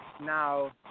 Now